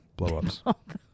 Blow-ups